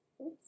Oops